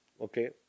Okay